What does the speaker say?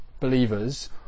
believers